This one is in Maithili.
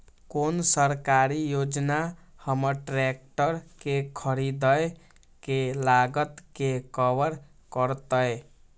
कोन सरकारी योजना हमर ट्रेकटर के खरीदय के लागत के कवर करतय?